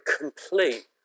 complete